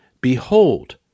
Behold